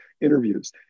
interviews